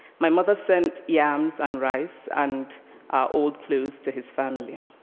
my mother sent yams and rice, and our old clothes, to his family.